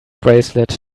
bracelet